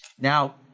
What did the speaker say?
Now